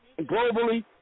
globally